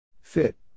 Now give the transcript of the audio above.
Fit